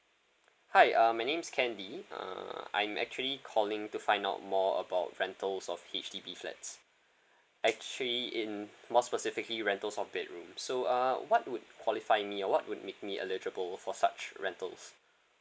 hi uh my name is ken lee uh I'm actually calling to find out more about rentals of H_D_B flats actually in more specifically rentals of bedrooms so uh what would qualify me or what would make me eligible for such rentals